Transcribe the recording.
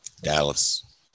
Dallas